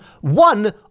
one